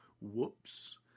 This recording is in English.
whoops